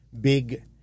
big